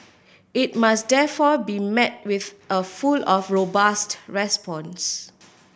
it must therefore be met with a full of robust response